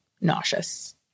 nauseous